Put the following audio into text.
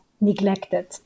neglected